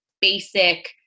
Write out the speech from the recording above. basic